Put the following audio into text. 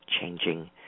changing